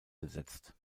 besetzt